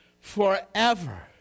forever